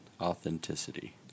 authenticity